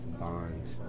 bond